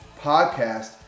Podcast